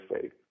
faith